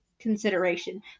consideration